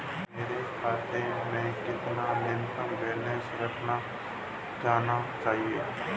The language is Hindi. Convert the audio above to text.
मेरे खाते में कितना न्यूनतम बैलेंस रखा जाना चाहिए?